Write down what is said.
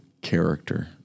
character